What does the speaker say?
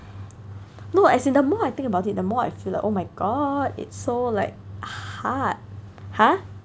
no as in the more I think about it the more I feel like oh my god it's so like hard !huh!